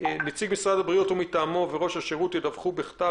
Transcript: "נציג משרד הבריאות וראש השירות ידווחו בכתב